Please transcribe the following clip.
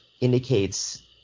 indicates